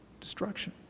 Destruction